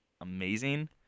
amazing